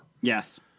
Yes